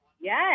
Yes